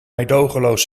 meedogenloos